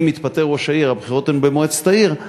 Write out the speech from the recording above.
אם התפטר ראש העיר, הבחירות הן במועצת העיר,